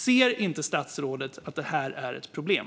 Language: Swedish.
Ser inte statsrådet att det är ett problem?